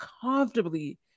comfortably